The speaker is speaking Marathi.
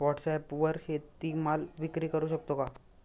व्हॉटसॲपवर शेती माल विक्री करु शकतो का?